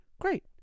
great